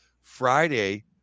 Friday